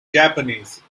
japanese